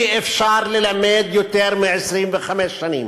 אי-אפשר ללמד יותר מ-25 שנים.